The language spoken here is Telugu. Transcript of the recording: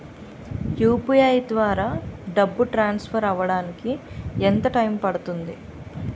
యు.పి.ఐ ద్వారా డబ్బు ట్రాన్సఫర్ అవ్వడానికి ఎంత టైం పడుతుంది?